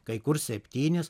kai kur septynis